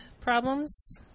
problems